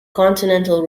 continental